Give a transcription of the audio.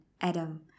Adam